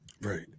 Right